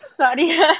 Sorry